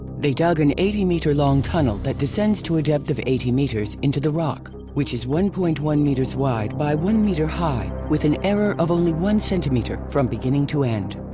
they dug an eighty meter long tunnel that descends to a depth of eighty meters into the rock which is one point one meters wide by one meter high with an error of only one centimeter from beginning to end.